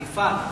המפעל,